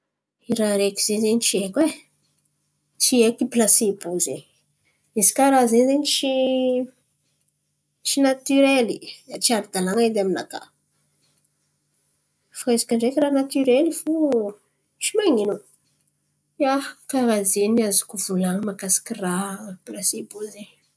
I raha araiky ze zen̈y tsy haiko e. Tsy haiko i plasebô zen̈y. Izy kà raha ze zen̈y tsy tsy natirely, tsy ara-dalàn̈a edy aminaka. Fa izy kà ndreky raha natirely fo, tsy man̈ino. Ia, karà zen̈y azoko volan̈iny mahakasiky raha plasebô zen̈y.